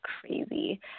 crazy